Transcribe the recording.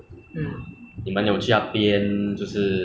那边东西很贵所以我们只吃完之后就